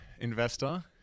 investor